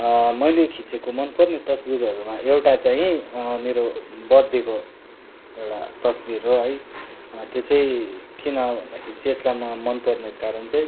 मैले खिचेको मनपर्ने तस्बिरहरूमा एउटा चाहिँ मेरो बर्थडेको एउटा तस्बिर हो है त्यो चाहिँ किन भन्दाखेरि चाहिँ यसलाई म मन पर्नको कारण चाहिँ